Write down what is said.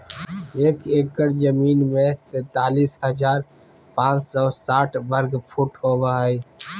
एक एकड़ जमीन में तैंतालीस हजार पांच सौ साठ वर्ग फुट होबो हइ